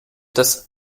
das